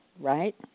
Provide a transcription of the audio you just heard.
Right